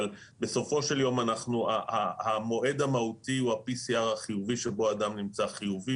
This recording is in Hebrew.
אבל בסופו של יום המועד המהותי הוא ה-PCR החיובי שבו אדם נמצא חיובי,